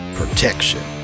protection